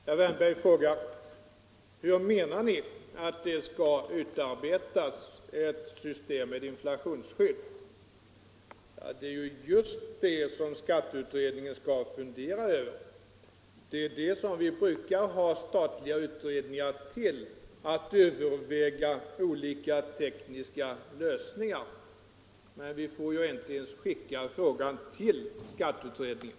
Herr talman! Herr Wärnberg frågar hur vi menar att systemet med inflationsskydd skall utarbetas. Det är ju just den saken som skatteutredningen skall fundera över. Att överväga olika tekniska lösningar bru kar vara statliga utredningars uppgift. Men vi får inte ens skicka frågan till skatteutredningen.